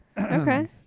Okay